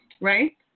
right